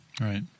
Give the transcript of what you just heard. Right